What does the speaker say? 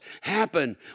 happen